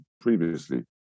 previously